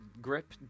grip